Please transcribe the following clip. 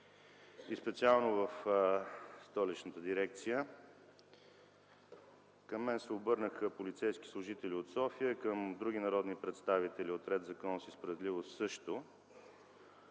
по-специално в Столична дирекция на МВР. Към мен се обърнаха полицейски служители от София, към други народни представители от „Ред, законност и справедливост” също.